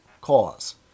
cause